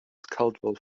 caldwell